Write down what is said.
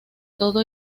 todo